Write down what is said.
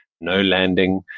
no-landing